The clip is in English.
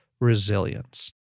Resilience